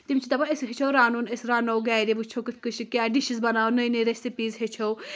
تِم چھِ دَپان أسۍ ہیٚچھو رَنُن أسۍ رَنو گَرِ وٕچھو کِتھ کٲٹھۍ چھِ کیاہ ڈِشِز بَناو نٔے نٔے ریسِپیٖز ہیٚچھو